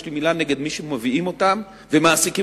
יש לי מלה נגד מי שמביאים אותם ומעסיקים